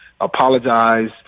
apologize